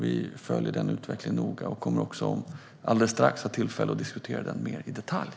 Vi följer den utvecklingen noga, och vi kommer alldeles strax att få tillfälle att diskutera den mer i detalj.